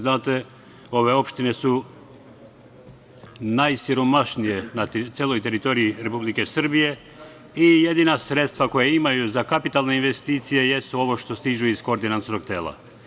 Znate, ove opštine su najsiromašnije na celoj teritoriji Republike Srbije i jedina sredstva koja imaju za kapitalne investicije jesu ovo što stiže iz Koordinacionog tela.